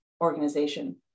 organization